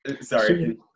sorry